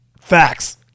Facts